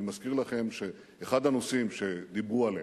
אני מזכיר לכם שאחד הנושאים שדיברו עליהם,